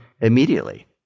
immediately